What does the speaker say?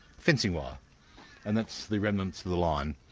fencing wire and that's the remnants of the line.